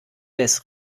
des